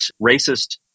racist